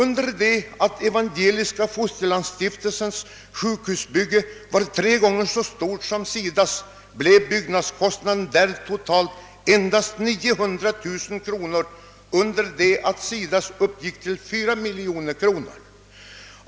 Medan Evangeliska fosterlandsstiftelsens sjukhusbygge var tre gånger så stort som SIDA:s, blev byggnadskostnaderna där totalt endast 900 000 kronor, under det att SIDA:s uppgick till 4 miljoner kronor.